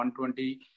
120